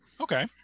okay